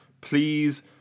please